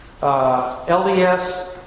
LDS